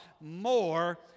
more